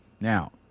Now